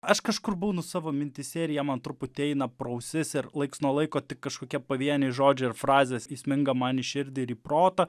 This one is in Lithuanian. aš kažkur būnu savo mintyse ir jie man truputį eina pro ausis ir laiks nuo laiko tik kažkokie pavieniai žodžiai ar frazės įsminga man į širdį ir į protą